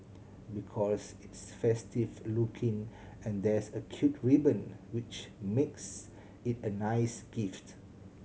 because it's festive looking and there's a cute ribbon which makes it a nice gift